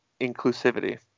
inclusivity